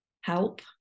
help